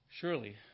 surely